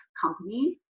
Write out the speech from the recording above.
company